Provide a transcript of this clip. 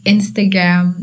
Instagram